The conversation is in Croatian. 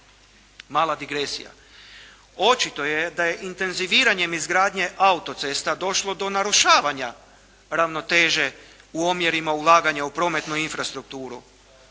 Mala digresija. Očito je da je intenziviranjem izgradnje autocesta došlo do narušavanja ravnoteže u omjerima ulaganja u prometnu infrastrukturu.